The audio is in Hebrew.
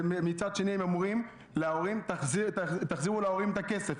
ומצד שני הם אומרים: תחזירו להורים את הכסף.